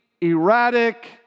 erratic